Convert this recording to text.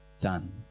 Done